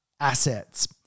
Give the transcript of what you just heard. assets